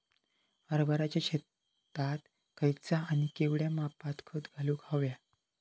हरभराच्या शेतात खयचा आणि केवढया मापात खत घालुक व्हया?